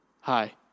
Hi